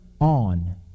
on